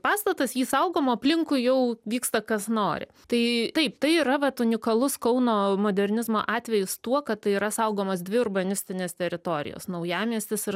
pastatas jį saugom o aplinkui jau vyksta kas nori tai taip tai yra vat unikalus kauno modernizmo atvejis tuo kad tai yra saugomos dvi urbanistinės teritorijos naujamiestis ir